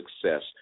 success